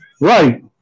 right